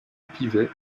pivet